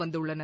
வந்துள்ளனர்